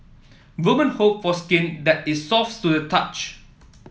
woman hope for skin that is soft to the touch